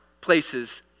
places